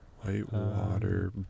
Whitewater